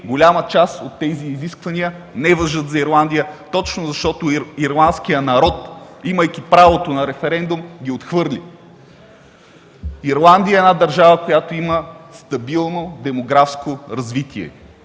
голяма част от тези изисквания не важат за Ирландия точно защото ирландският народ, имайки правото на референдум, ги отхвърли. Ирландия е една държава, в която има стабилно демографско развитие.